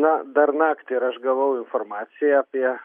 na dar naktį ir aš gavau informaciją apie